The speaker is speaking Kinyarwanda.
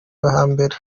hambere